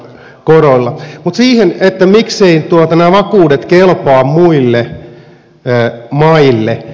mutta siihen mikseivät nämä vakuudet kelpaa muille maille